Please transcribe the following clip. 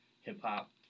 hip-hop